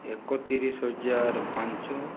ଏକତିରିଶି ହଜାର ପାଞ୍ଚ